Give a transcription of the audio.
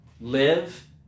Live